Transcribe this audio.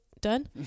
done